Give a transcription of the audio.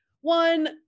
One